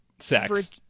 sex